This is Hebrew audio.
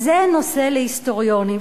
זה נושא להיסטוריונים,